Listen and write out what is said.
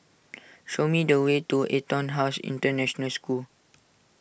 show me the way to EtonHouse International School